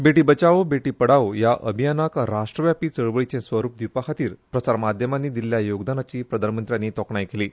बेटी बचावो बेटी पढाओ ह्या अभियानाक राष्ट्रव्यापी चळवळीचें स्वरुप दिवपा खातीर प्रसार माध्यमांनी दिल्ल्या योगदानाची प्रधानमंत्र्यांनी तोखणाय केली